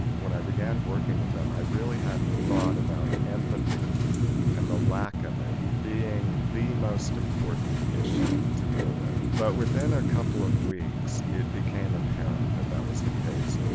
when i began working with them, i really hadn't thought about empathy and the lack of it being the most important issue to deal with. but within a couple of weeks it became apparent that that was the case.